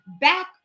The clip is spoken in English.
back